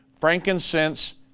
frankincense